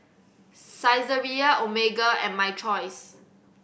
Saizeriya Omega and My Choice